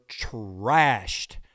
trashed